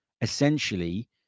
essentially